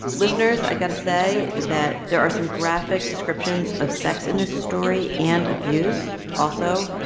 listeners, i've got to say that there are some graphic descriptions of sex in this story and abuse. also,